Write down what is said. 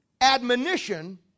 admonition